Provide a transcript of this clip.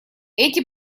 эти